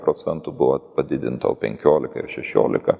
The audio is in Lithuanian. procentų buvo padidinta o penkiolika ir šešiolika